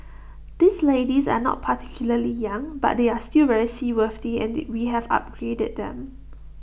these ladies are not particularly young but they are still very seaworthy and we have upgraded them